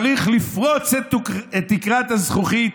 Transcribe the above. צריך לפרוץ את תקרת הזכוכית,